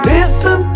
Listen